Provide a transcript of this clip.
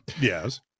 Yes